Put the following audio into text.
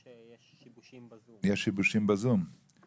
וחצי שחלפו מאז הדיון האחרון של הוועדה.